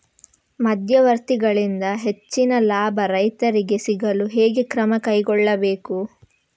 ಮಧ್ಯವರ್ತಿಗಳಿಂದ ಹೆಚ್ಚಿನ ಲಾಭ ರೈತರಿಗೆ ಸಿಗಲು ಹೇಗೆ ಕ್ರಮ ಕೈಗೊಳ್ಳಬೇಕು?